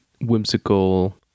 whimsical